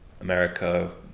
america